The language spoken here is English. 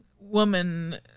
woman